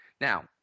Now